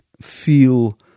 feel